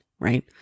right